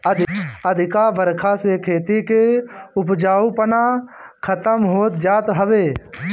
अधिका बरखा से खेती के उपजाऊपना खतम होत जात हवे